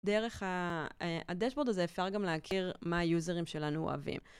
דרך הדשבורד הזה אפשר גם להכיר מה היוזרים שלנו אוהבים.